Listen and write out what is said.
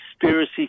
conspiracy